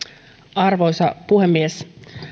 arvoisa puhemies